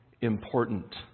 important